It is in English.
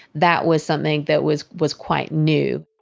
that was something that was was quite new.